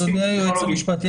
אדוני היועץ המשפטי,